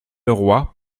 leroy